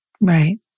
Right